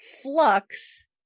flux